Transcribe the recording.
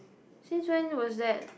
since when was that